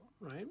right